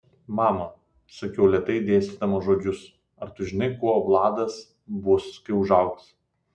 mama sakiau lėtai dėstydama žodžius ar tu žinai kuo vladas bus kai užaugs